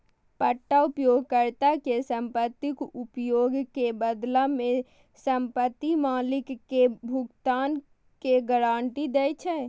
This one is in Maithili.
पट्टा उपयोगकर्ता कें संपत्तिक उपयोग के बदला मे संपत्ति मालिक कें भुगतान के गारंटी दै छै